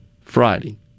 Friday